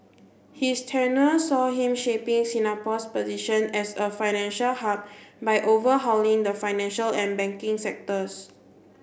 his tenure saw him shaping Singapore's position as a financial hub by overhauling the financial and banking sectors